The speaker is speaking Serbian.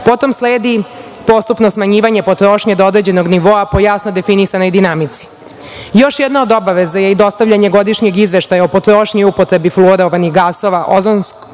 Potom sledi postupno smanjivanje potrošnje do određenog nivoa po jasno definisanoj dinamici. Još jedna od obaveza je i dostavljanje godišnjeg izveštaja o potrošnji i upotrebi fluorovanih gasova Ozonskom